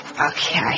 Okay